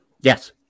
Yes